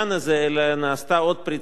אלא נעשתה עוד פריצת דרך,